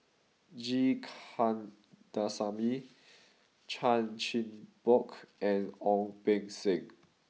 G Kandasamy Chan Chin Bock and Ong Beng Seng